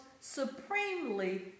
supremely